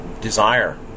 desire